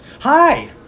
Hi